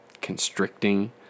constricting